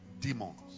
demons